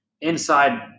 inside